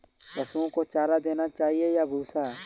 पशुओं को चारा देना चाहिए या भूसा?